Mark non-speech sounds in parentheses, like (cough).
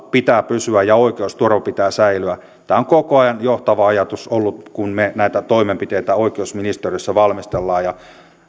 (unintelligible) pitää pysyä ja oikeusturvan pitää säilyä tämä on koko ajan johtava ajatus ollut kun me näitä toimenpiteitä oikeusministeriössä valmistelemme